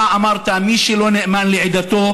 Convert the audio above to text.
אתה אמרת: מי שלא נאמן לעדתו,